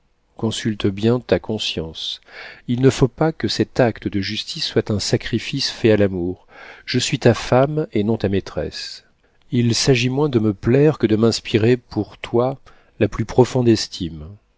consulte bien ta conscience il ne faut pas que cet acte de justice soit un sacrifice fait à l'amour je suis ta femme et non ta maîtresse il s'agit moins de me plaire que de m'inspirer pour toi la plus profonde estime